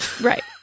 right